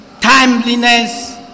timeliness